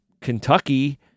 Kentucky –